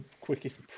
quickest